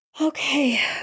Okay